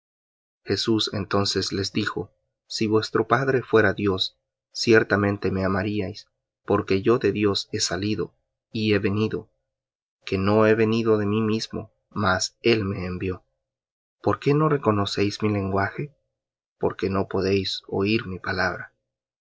jesús entonces les dijo si vuestro padre fuera dios ciertamente me amaríais porque yo de dios he salido y he venido que no he venido de mí mismo mas él me envió por qué no reconocéis mi lenguaje porque no podéis oir mi palabra